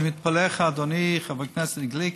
אני מתפלא איך אדוני, חבר הכנסת גליק,